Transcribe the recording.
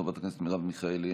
חברת הכנסת מרב מיכאלי,